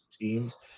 teams